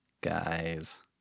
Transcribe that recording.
Guy's